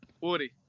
Woody